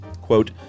quote